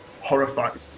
horrified